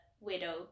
widow